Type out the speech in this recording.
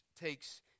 takes